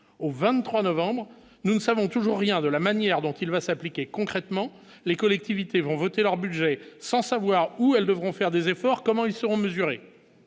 au 23 novembre nous ne savons toujours rien de la manière dont il va s'appliquer concrètement les collectivités vont voter leur budget sans savoir où elles devront faire des efforts, comment ils seront mesurés